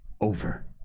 over